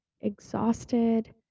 exhausted